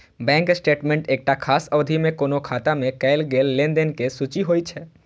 bank statement एकटा खास अवधि मे कोनो खाता मे कैल गेल लेनदेन के सूची होइ छै